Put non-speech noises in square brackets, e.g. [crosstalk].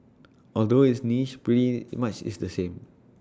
although it's niche pretty [noise] much is the same